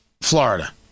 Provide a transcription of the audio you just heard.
Florida